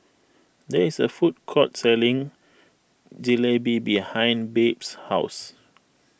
there is a food court selling Jalebi behind Babe's house